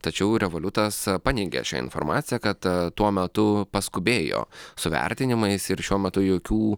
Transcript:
tačiau revoliutas paneigė šią informaciją kad tuo metu paskubėjo su vertinimais ir šiuo metu jokių